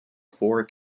four